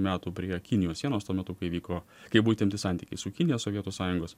metų prie kinijos sienos tuo metu kai vyko kai buvo įtempti santykiai su kinija sovietų sąjungos